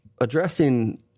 addressing